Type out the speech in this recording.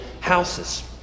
houses